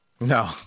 No